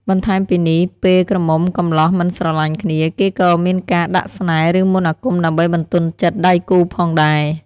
បន្ថែមពីនេះ ពេលក្រមុំកំលោះមិនស្រលាញ់គ្នា គេក៏មានការដាក់ស្នេហ៍ ឬមន្តអាគមដើម្បីបន្ទន់ចិត្តដៃគូផងដែរ។